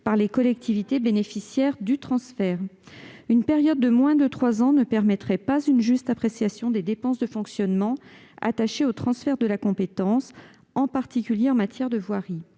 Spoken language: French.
par les collectivités bénéficiaires du transfert. Une période de moins de trois ans ne permettrait pas une juste appréciation des dépenses de fonctionnement attachées au transfert de la compétence, en particulier en matière de voirie.